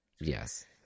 Yes